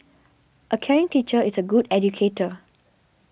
a caring teacher is a good educator